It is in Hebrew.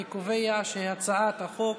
אני קובע שהצעת החוק